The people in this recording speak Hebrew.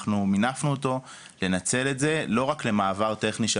אנחנו מינפנו אותו לנצל את זה לא רק למעבר טכני של